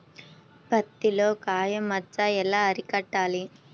పత్తిలో కాయ మచ్చ ఎలా అరికట్టాలి?